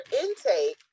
intake